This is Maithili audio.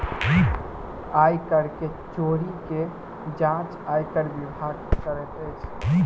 आय कर के चोरी के जांच आयकर विभाग करैत अछि